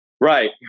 Right